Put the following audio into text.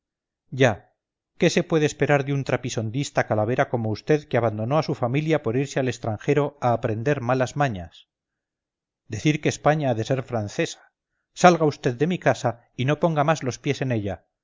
ya qué se puede esperar de un trapisondista calavera como vd que abandonó a su familia por irse al extranjero a aprender malas mañas decir que españa ha de ser francesa salga vd de mi casa y no ponga más los pies en ella